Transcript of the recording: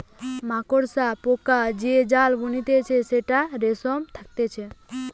মাকড়সা পোকা যে জাল বুনতিছে সেটাতে রেশম থাকতিছে